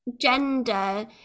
gender